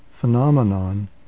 phenomenon